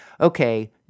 okay